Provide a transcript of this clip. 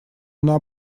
она